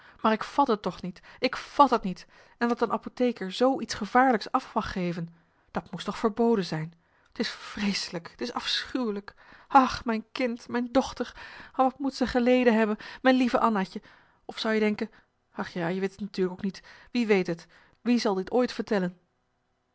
maar ik vat t toch niet ik vat t niet en dat een apotheker zoo iets gevaarlijks af mag geven dat moest toch verboden zijn t is vreeselijk t is afschuwelijk ach mijn kind mijn dochter wat moet ze geleden hebben mijn lief annaatje of zou je denken ach ja je weet t natuurlijk ook niet wie weet t wie zal dit ooit vertellen